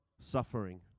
suffering